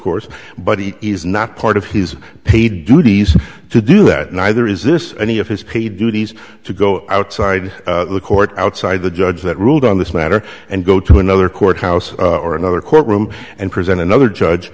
course but he is not part of his paid duties to do that neither is this any of his pay duties to go outside the court outside the judge that ruled on this matter and go to another courthouse or another courtroom and present another judge